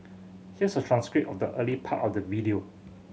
here's a transcript of the early part of the video